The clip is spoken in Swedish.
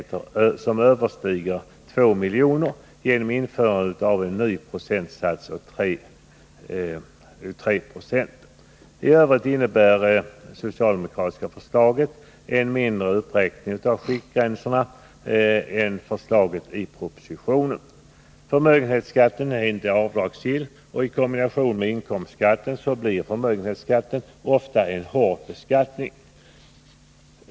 Tövrigt innebär det socialdemokratiska förslaget en mindre uppräkning av skiktgränserna i förhållande till förslaget i propositionen. Förmögenhetsskatten är inte avdragsgill, och i kombination med inkomstskatten innebär förmögenhetsskatten ofta en hård beskattning.